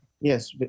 Yes